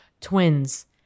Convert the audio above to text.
twins